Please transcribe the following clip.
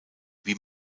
wie